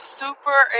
super